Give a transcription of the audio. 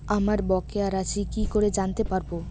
আমার বকেয়া রাশি কি করে জানতে পারবো?